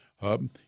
Hub